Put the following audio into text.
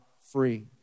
free